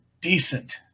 Decent